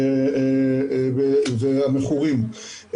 והמכורים.